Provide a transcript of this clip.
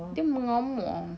dia mengamuk ah